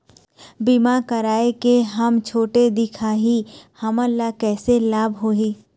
बीमा कराए के हम छोटे दिखाही हमन ला कैसे लाभ होही?